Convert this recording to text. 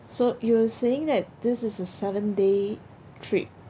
so you were saying that this is a seven day trip